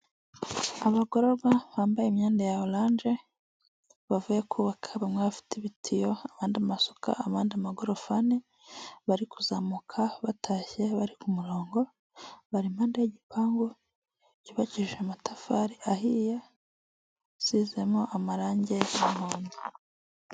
Abagororwa bambaye imyenda ya oranje bavuye kubaka bamwe bafite ibitiyo abandi amasuka, amagorofane bari kuzamuka batashye bari ku murongo bari impande y'igipangu cyubakije amatafari ahiye asizemo amarangi y'umuhondo.